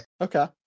Okay